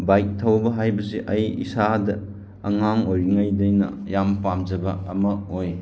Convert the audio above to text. bike ꯊꯧꯕ ꯍꯥꯏꯕꯁꯤ ꯑꯩ ꯏꯁꯥꯗ ꯑꯉꯥꯡ ꯑꯣꯏꯔꯤꯉꯩꯗꯩꯅ ꯌꯥꯝ ꯄꯥꯝꯖꯕ ꯑꯃ ꯑꯣꯏ